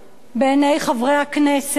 בעיני חברי הכנסת ולהסביר.